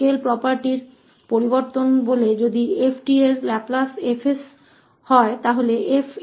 scale property का परिवर्तन कहता है कि यदि 𝑓𝑡 का लैपलेस 𝐹𝑠 है तो 𝑓𝑎𝑡 1af है